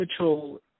Mitchell